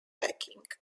backing